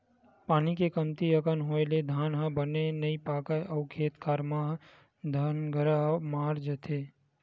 पानी के कमती अकन होए ले धान ह बने नइ पाकय अउ खेत खार म दनगरा मार देथे